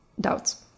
doubts